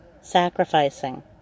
sacrificing